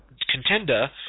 contender